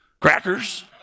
crackers